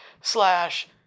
slash